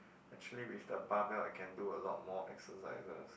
actually with the bar bell I can do a lot more exercises